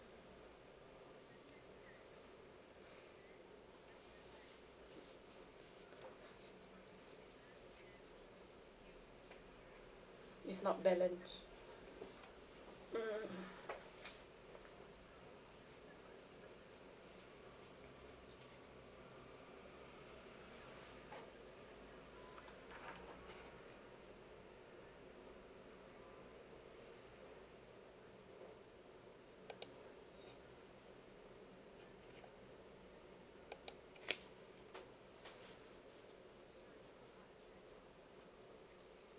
it's not palent~ mm mm mm